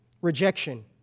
rejection